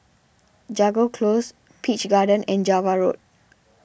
Jago Close Peach Garden and Java Road